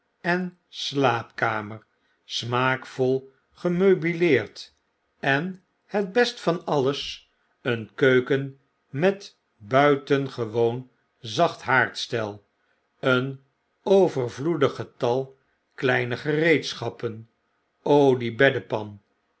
en slaapkamer smaakvol gemeubileerd en het best van alles een keuken met buitengewoon zacht haardstel een overvloedig getal kleine gereedschappen die beddepan